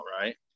right